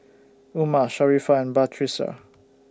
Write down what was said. Umar Sharifah and Batrisya